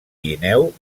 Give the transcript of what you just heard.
guineu